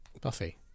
Buffy